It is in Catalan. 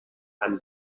tant